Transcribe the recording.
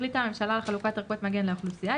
החליטה הממשלה על חלוקת ערכות מגן לאוכלוסייה,